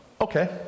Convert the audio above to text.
Okay